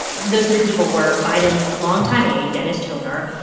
those three people were biden's longtime aide dennis toner,